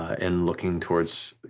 and looking towards